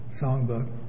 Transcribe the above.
songbook